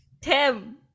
Tim